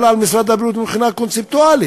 על משרד הבריאות מבחינה קונספטואלית.